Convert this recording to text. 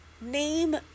name